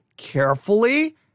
carefully